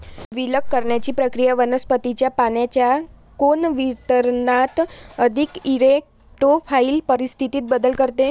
विलग करण्याची प्रक्रिया वनस्पतीच्या पानांच्या कोन वितरणात अधिक इरेक्टोफाइल परिस्थितीत बदल करते